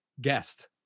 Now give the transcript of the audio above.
guest